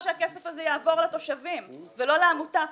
שהכסף הזה יעבור לתושבים ולא לעמותה פרטית.